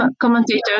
commentators